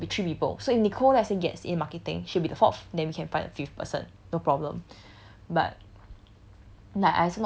then afterwards you'll be three people so if nicole let's say gets in marketing she'd be the fourth then we can find a fifth person no problem but